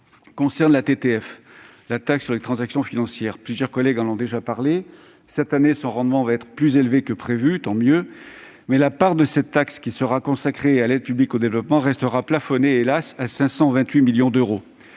concerne la taxe sur les transactions financières (TTF), dont plusieurs collègues ont déjà parlé. Cette année, son rendement sera plus élevé que prévu- tant mieux !-, mais la part de cette taxe qui sera consacrée à l'aide publique au développement restera plafonnée, hélas, à 528 millions d'euros.